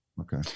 Okay